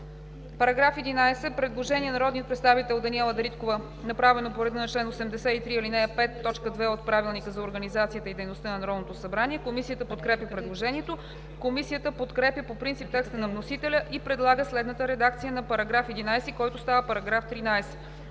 По § 11 има предложение на народния представител Даниела Дариткова, направено по реда на чл. 83, ал. 5, т. 2 от Правилника за организацията и дейността на Народното събрание. Комисията подкрепя предложението. Комисията подкрепя по принцип текста на вносителя и предлага следната редакция на § 11, който става § 13: „§ 13.